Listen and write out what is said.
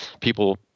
people